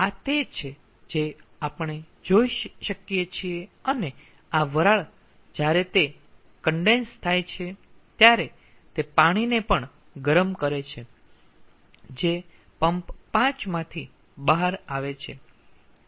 તેથી આ તે છે જે આપણે જોઈ શકીએ છીએ અને આ વરાળ જ્યારે તે કન્ડેન્સ થાય છે ત્યારે તે પાણીને પણ ગરમ કરે છે જે પંપ 5 માંથી બહાર આવે છે